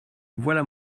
voilà